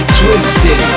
twisted